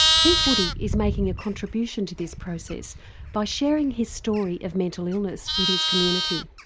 keith woody is making a contribution to this process by sharing his story of mental illness with his community.